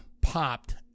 popped